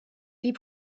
die